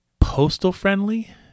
postal-friendly